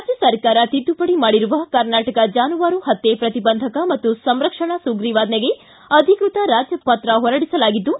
ರಾಜ್ಯ ಸರ್ಕಾರ ತಿದ್ದುಪಡಿ ಮಾಡಿರುವ ಕರ್ನಾಟಕ ಜಾನುವಾರು ಹತ್ಯೆ ಪ್ರತಿಬಂಧಕ ಮತ್ತು ಸಂರಕ್ಷಣಾ ಸುಗ್ರೀವಾಜ್ವಿಗೆ ಅಧಿಕೃತ ರಾಜ್ಯಪತ್ರ ಹೊರಡಿಸಲಾಗಿದ್ದು